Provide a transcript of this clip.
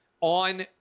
on